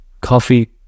coffee